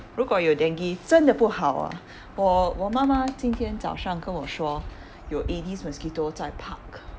如果有 dengue 真的不好 ah 我我妈妈今天早上跟我说有 aedes mosquito 在 park